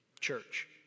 church